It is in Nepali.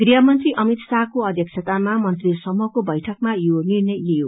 गृहमंत्री अमित शाहको अध्यक्षातामा मंत्रीसमूहको बैठकमा यो निर्णय लिइयो